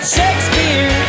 Shakespeare